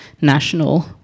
national